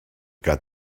got